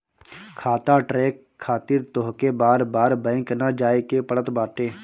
खाता ट्रैक खातिर तोहके बार बार बैंक ना जाए के पड़त बाटे